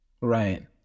right